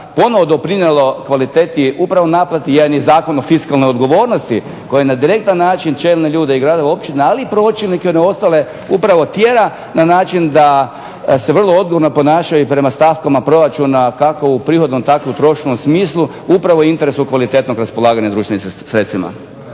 ponovo doprinijelo kvaliteti upravo naplati jer ni Zakon o fiskalnoj odgovornosti koji na direktan način čelne ljude gradova i općina, ali i pročelnike …/Ne razumije se./… upravo tjera na način da se vrlo odgovorno ponašaju prema stavkama proračuna kako u privatnom tako u …/Ne razumije se./… smislu, upravo u interesu kvalitetnog raspolaganja društvenim sredstvima.